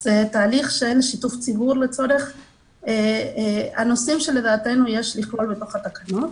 זה תהליך שאין שיתוף ציבור לצורך הנושאים שלדעתנו יש לכלול בתקנות,